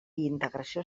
integració